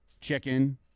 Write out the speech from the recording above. chicken